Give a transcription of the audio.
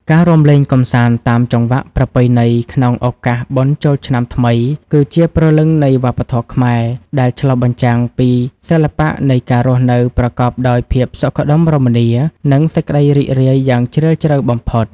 ការរាំលេងកម្សាន្តតាមចង្វាក់ប្រពៃណីក្នុងឱកាសបុណ្យចូលឆ្នាំថ្មី គឺជាព្រលឹងនៃវប្បធម៌ខ្មែរ ដែលឆ្លុះបញ្ចាំងពីសិល្បៈនៃការរស់នៅប្រកបដោយភាពសុខដុមរមនា និងសេចក្តីរីករាយយ៉ាងជ្រាលជ្រៅបំផុត។